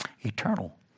eternal